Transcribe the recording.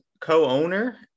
co-owner